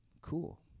cool